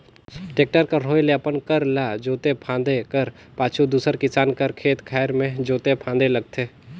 tractor कर होए ले अपन कर ल जोते फादे कर पाछू दूसर किसान कर खेत खाएर मे जोते फादे लगथे